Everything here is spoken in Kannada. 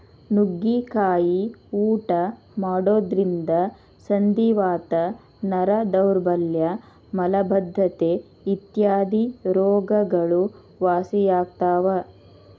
ನುಗ್ಗಿಕಾಯಿ ಊಟ ಮಾಡೋದ್ರಿಂದ ಸಂಧಿವಾತ, ನರ ದೌರ್ಬಲ್ಯ ಮಲಬದ್ದತೆ ಇತ್ಯಾದಿ ರೋಗಗಳು ವಾಸಿಯಾಗ್ತಾವ